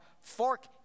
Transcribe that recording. fork